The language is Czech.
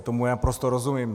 Tomu já naprosto rozumím.